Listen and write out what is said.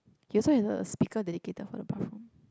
he also has a speaker dedicated for the bathroom